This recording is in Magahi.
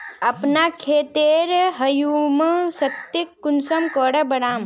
अपना खेतेर ह्यूमस शक्ति कुंसम करे बढ़ाम?